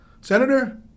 Senator